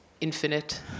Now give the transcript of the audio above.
infinite